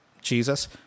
Jesus